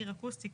קיר אקוסטי,